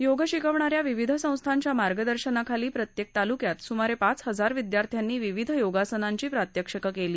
योग शिकवणाऱ्या विविध संस्थांच्या मार्गदर्शनाखाली प्रत्येक तालुक्यात सुमारे पाच हजार विद्यार्थ्यांनी विविध योगासनांची प्रात्यक्षिकं केली